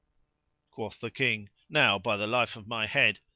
quoth the king, now, by the life of my head!